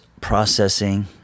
processing